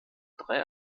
drei